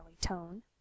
tone